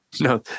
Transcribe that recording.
No